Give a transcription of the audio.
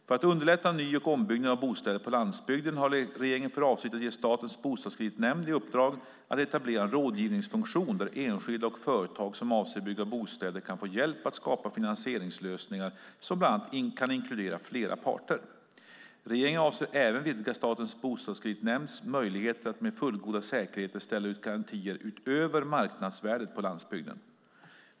För att underlätta ny och ombyggnad av bostäder på landsbygden har regeringen för avsikt att ge Statens bostadskreditnämnd i uppdrag att etablera en rådgivningsfunktion där enskilda och företag som avser att bygga bostäder kan få hjälp att skapa finansieringslösningar som bland annat kan inkludera flera parter. Regeringen avser även att vidga Statens bostadskreditnämnds möjligheter att med fullgoda säkerheter ställa ut garantier utöver marknadsvärdet på landsbygden.